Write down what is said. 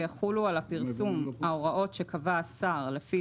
ויחולו על הפרסום ההוראות שקבע השר לפי